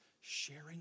sharing